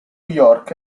york